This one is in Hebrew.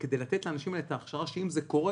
כדי לתת לאנשים האלה את ההכשרה שאם זה קורה,